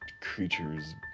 creatures